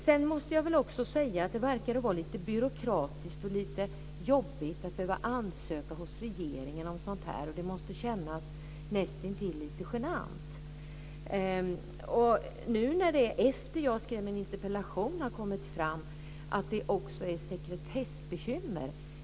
Jag måste också säga att det verkar vara lite byråkratiskt och lite jobbigt att behöva ansöka hos regeringen om sådant här. Det måste kännas nästintill lite genant. Efter det att jag skrev min interpellation har det kommit fram att det också finns sekretessbekymmer.